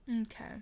Okay